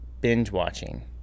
binge-watching